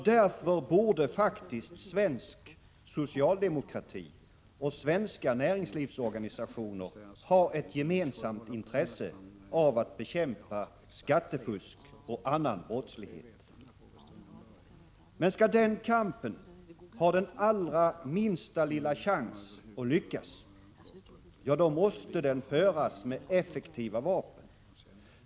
Därför borde faktiskt svensk socialdemokrati och svenska näringslivsorganisationer ha ett gemensamt intresse av att bekämpa skattefusk och annan brottslighet. Men skall den kampen ha den allra minsta lilla chans att lyckas, ja, då måste den föras med effektiva vapen.